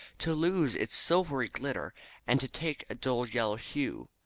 to lose its silvery glitter and to take a dull yellow hue.